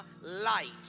light